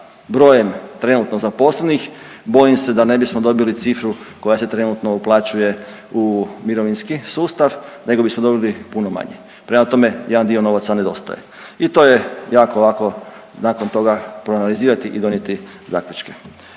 brojem trenutno zaposlenih bojim se da ne bismo dobili cifru koja se trenutno uplaćuje u mirovinski sustav nego bismo dobili puno manje, prema tome jedan dio novaca nedostaje i to je jako ovako nakon toga proanalizirati i donijeti zaključke.